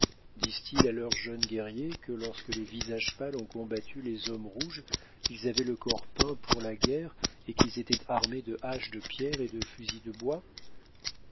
disent-ils à leurs jeunes guerriers que lorsque les visages pâles ont combattu les hommes rouges ils avaient le corps peint pour la guerre et qu'ils étaient armés de haches de pierre et de fusils de bois